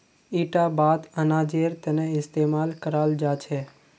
इटा बात अनाजेर तने इस्तेमाल कराल जा छे